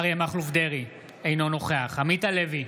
אריה מכלוף דרעי, אינו נוכח עמית הלוי,